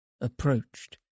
approached